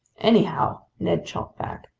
anyhow, ned shot back,